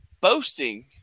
boasting